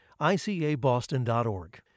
ICABoston.org